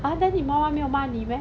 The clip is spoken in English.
ah then 你妈妈没有骂你 meh